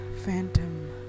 phantom